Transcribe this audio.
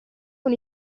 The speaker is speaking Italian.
con